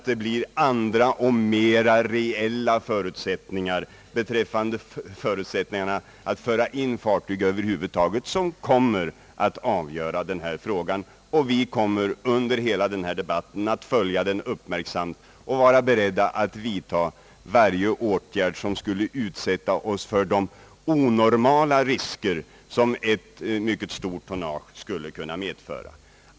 Det blir andra och mera reella förutsättningar att föra in fartyg över huvud taget som avgör denna fråga. Vi kommer att följa hela denna debatt uppmärksamt och vara beredda att vidta varje åtgärd för att förhindra att vi utsätts för de onormala risker som ett mycket stort tonnage skulle kunna medföra.